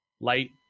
light